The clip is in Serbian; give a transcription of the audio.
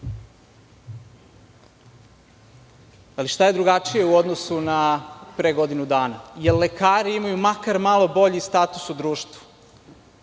ali šta je drugačije u odnosu na pre godinu dana? Da li lekari imaju makar malo bolji status u društvu?